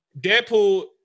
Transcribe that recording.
Deadpool